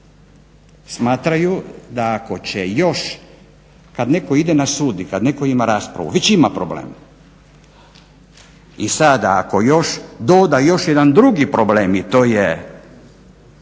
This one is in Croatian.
smatraju da ako će još kad netko ide na sud i kad netko ima raspravu već ima problem. I sada ako još doda još jedan drugi problem i to je